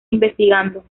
investigando